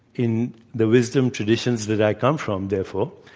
in the wisdom traditions that i come from, therefore,